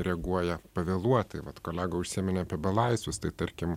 reaguoja pavėluotai vat kolega užsiminė apie belaisvius tai tarkim